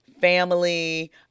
family